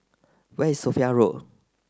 where is Sophia Road